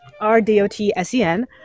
r-d-o-t-s-e-n